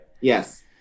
yes